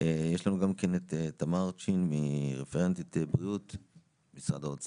היא כבר הגיעה לבית החולים, כנראה שהיא בשלב